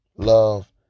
Love